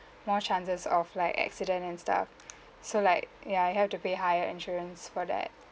more chances of like accident and stuff so like ya you have to pay higher insurance for that